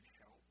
help